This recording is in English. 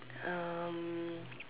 um